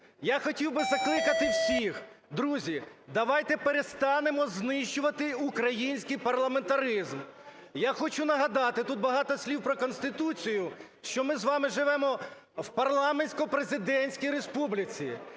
Я хотів би закликати всіх. Друзі, давайте перестанемо знищувати український парламентаризм. Я хочу нагадати, тут багато слів про Конституцію, що ми з вами живемо в парламентсько-президентській республіці,